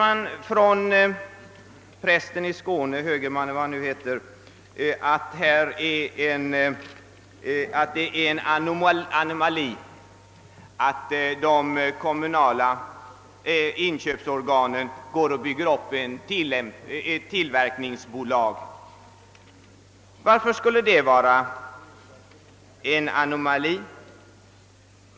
Då säger prästen och högermannen i Skåne herr Werner, att det är en anomali, att de kommunala inköpsorganen bygger upp ett tillverkningsbolag. Varför skulle det vara en anomali?